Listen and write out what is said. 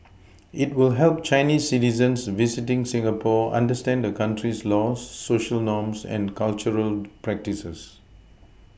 it will help Chinese citizens visiting Singapore understand the country's laws Social norms and cultural practices